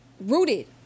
rooted